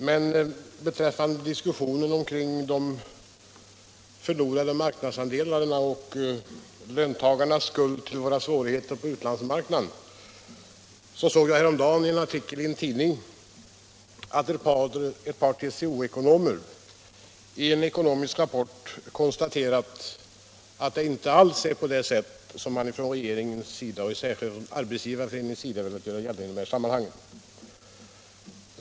Men beträffande diskussionen omkring de förlorade marknadsandelarna och löntagarnas skuld till våra svårigheter på utlandsmarknaden såg jag häromdagen i en artikel i en tidning att ett par TCO ekonomer i en ekonomisk rapport konstaterat att det inte alls är på det sätt som regeringen och särskilt Arbetsgivareföreningen velat göra gällande i sammanhanget.